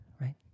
right